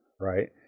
right